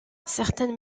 certaines